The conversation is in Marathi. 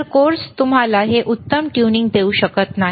तर कोर्स तुम्हाला हे उत्तम ट्यूनिंग देऊ शकत नाही